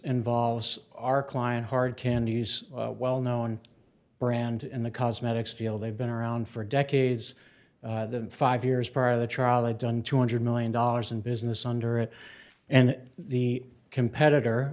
involves our client hard candies well known brand in the cosmetics feel they've been around for decades the five years prior to the trial they've done two hundred million dollars in business under it and the competitor